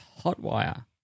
Hotwire